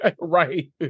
Right